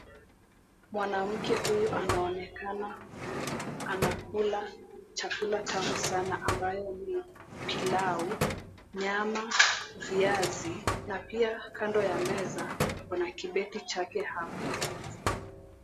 Mwanamke huyu anaonekana anakula chakula tamu sana ambayo ni pilau, nyama, viazi na pia kando ya meza kuna kibeti chake hapo.